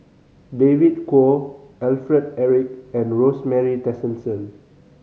David Kwo Alfred Eric and Rosemary Tessensohn